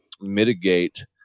mitigate